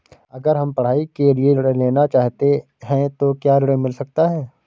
अगर हम पढ़ाई के लिए ऋण लेना चाहते हैं तो क्या ऋण मिल सकता है?